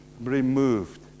removed